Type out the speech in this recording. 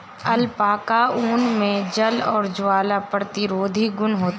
alpaca ऊन मे जल और ज्वाला प्रतिरोधी गुण होते है